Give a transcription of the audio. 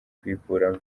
kuyikuramo